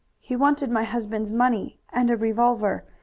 he wanted my husband's money and a revolver,